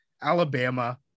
Alabama